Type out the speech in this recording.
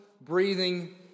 breathing